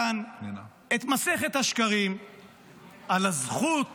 ואני שומע כאן את מסכת השקרים על הזכות